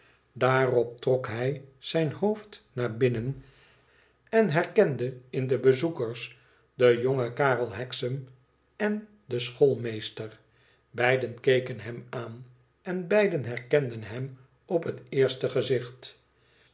daarop trok hij zijn hoofd naar binnen en herkende in de bezoekers den jongen karel hexam en den schoolmeester beiden keken hem aan en beiden herkenden hem op het eerste gezicht